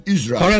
Israel